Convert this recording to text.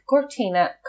Cortina